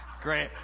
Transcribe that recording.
great